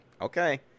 okay